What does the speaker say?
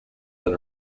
than